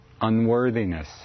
unworthiness